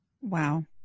Wow